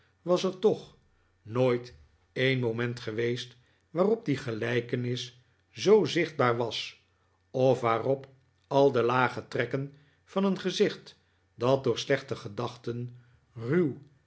was er toch nooit een moment geweest waarop die gelijkenis zoo zichtbaar was of waarop al de lage trekken van een gezicht dat door slechte gedachten raw